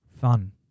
fun